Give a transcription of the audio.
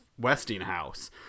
Westinghouse